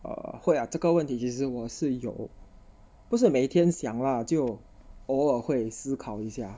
uh 会 ah 这个问题其实我是有不是每天想 lah 就偶尔会思考一下